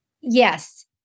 Yes